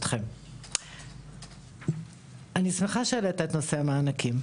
אני שמחה שהעליתם את נושא המענקים,